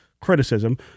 criticism